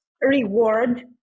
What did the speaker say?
reward